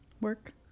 work